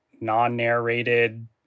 non-narrated